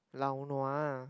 lao nua ah